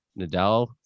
Nadal